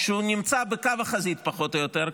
שהוא נמצא בקו החזית פחות או יותר,